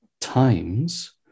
times